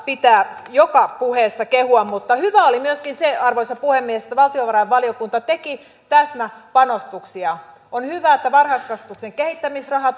pitää joka puheessa kehua mutta hyvä oli myöskin se arvoisa puhemies että valtiovarainvaliokunta teki täsmäpanostuksia on hyvä että varhaiskasvatuksen kehittämisraha